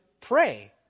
pray